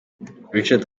richard